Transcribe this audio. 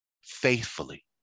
faithfully